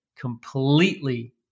completely